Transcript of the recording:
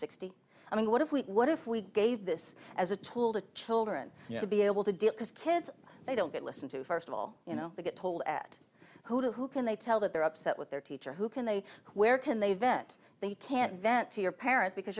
sixty i mean what if we what if we gave this as a tool to children to be able to deal because kids they don't listen to first of all you know they get told at who can they tell that they're upset with their teacher who can they where can they vent they can't vent to your parent because